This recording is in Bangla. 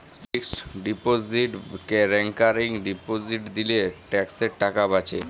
ফিক্সড ডিপজিট রেকারিং ডিপজিট দিলে ট্যাক্সের টাকা বাঁচে